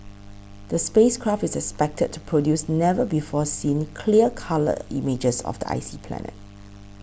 the space craft is expected to produce never before seen clear colour images of the icy planet